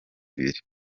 ibiri